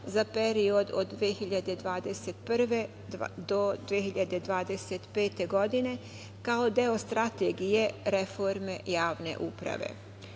za period od 2021. do 2025. godine, kao deo strategije reforme javne uprave.